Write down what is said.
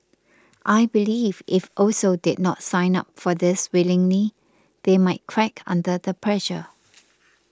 I believe if also did not sign up for this willingly they might crack under the pressure